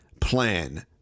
plan